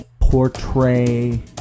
Portray